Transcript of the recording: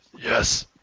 yes